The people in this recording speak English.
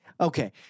Okay